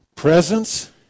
Presence